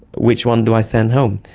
which one do i send home?